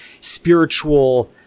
spiritual